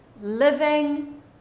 living